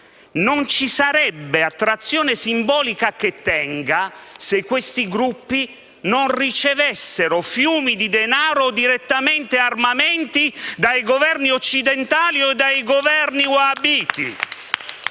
non ci sarebbe attrazione simbolica che tenga se questi gruppi non ricevessero fiumi di denaro, o direttamente armamenti, dai governi occidentali o dai governi wahabiti.